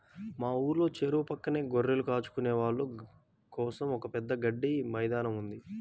మా ఊర్లో చెరువు పక్కనే గొర్రెలు కాచుకునే వాళ్ళ కోసం ఒక పెద్ద గడ్డి మైదానం ఉంది